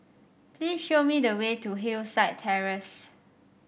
please show me the way to Hillside Terrace